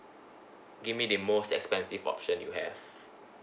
give me the most expensive option you have